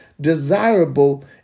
desirable